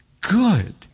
good